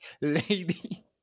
lady